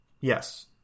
yes